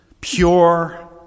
pure